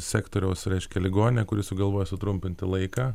sektoriaus reiškia ligoninė kuris sugalvojo sutrumpinti laiką